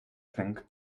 think